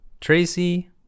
Tracy